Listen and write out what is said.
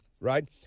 right